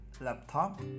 Laptop